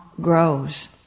grows